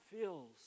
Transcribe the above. feels